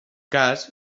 cas